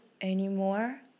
anymore